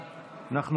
כמובן.